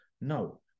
No